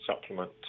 supplement